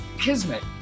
kismet